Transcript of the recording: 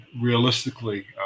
realistically